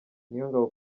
niyongabo